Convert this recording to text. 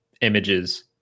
images